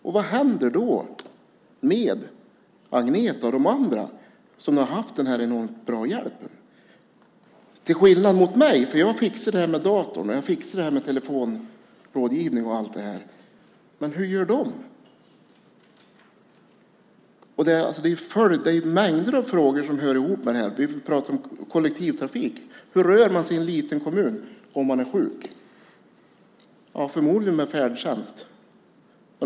Och vad händer då med Agneta och de andra som har fått så enormt bra hjälp? För mig är det inga problem, för jag fixar det här med datorns och telefonens hjälp. Men hur gör de? Det är mängder av frågor som hör ihop med det här, till exempel kollektivtrafiken. Hur rör jag mig i en liten kommun om jag är sjuk? Förmodligen med färdtjänst.